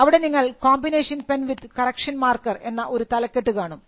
അവിടെ നിങ്ങൾ combination pen with correction marker എന്ന ഒരു തലക്കെട്ട് കാണും